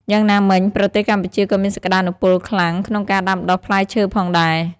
យ៉ាងណាមិញ ប្រទេសកម្ពុជាក៏មានសក្តានុពលខ្លាំងក្នុងការដាំដុះផ្លែឈើផងដែរ។